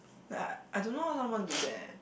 like I I don't know how someone do that eh